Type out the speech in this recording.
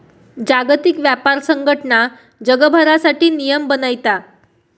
जागतिक व्यापार संघटना जगभरासाठी नियम बनयता